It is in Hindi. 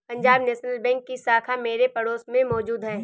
पंजाब नेशनल बैंक की शाखा मेरे पड़ोस में मौजूद है